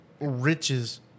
riches